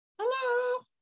hello